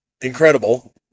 incredible